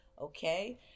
Okay